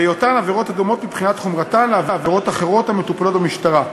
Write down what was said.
בהיותן עבירות הדומות מבחינת חומרתן לעבירות אחרות המטופלות במשטרה.